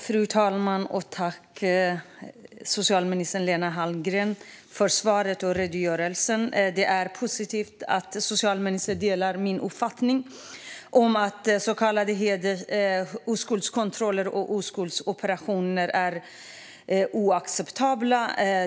Fru talman! Tack, socialminister Lena Hallengren, för svaret och redogörelsen! Det är positivt att socialministern delar min uppfattning om att så kallade oskuldskontroller och oskuldsoperationer är oacceptabla.